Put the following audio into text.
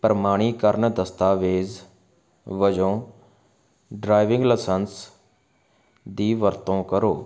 ਪ੍ਰਮਾਣੀਕਰਨ ਦਸਤਾਵੇਜ਼ ਵਜੋਂ ਡ੍ਰਾਇਵਿੰਗ ਲਾਇਸੈਂਸ ਦੀ ਵਰਤੋਂ ਕਰੋ